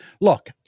look